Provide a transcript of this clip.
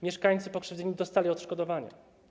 Mieszkańcy pokrzywdzeni dostali odszkodowania.